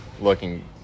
looking